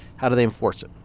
how do they enforce it?